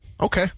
Okay